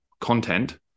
content